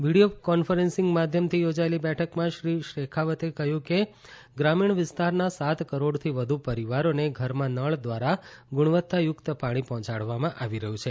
video conferencing માધ્યમથી યોજાયેલી બેઠકમાં શ્રી શેખાવતે કહ્યું કે ગ્રામીણ વિસ્તારના સાત કરોડથી વધુ પરિવારોને ઘરમાં નળ દ્વારા ગુણવત્તાયુક્ત પાણી પહોંચાડવામાં આવી રહ્યું છે